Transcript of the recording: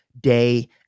day